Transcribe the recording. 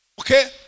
okay